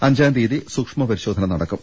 അഞ്ചാം തീയതി സൂക്ഷ്മ പരിശോധന നടക്കും